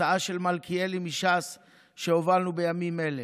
הצעה של מלכיאלי מש"ס שהובלנו בימים אלה,